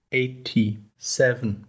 eighty-seven